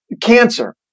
cancer